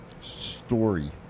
story